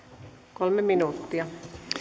kolme minuuttia